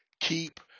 Keep